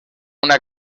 una